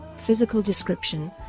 physical description